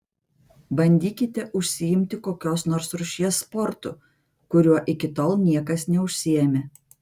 bandykite užsiimti kokios nors rūšies sportu kuriuo iki tol niekas neužsiėmė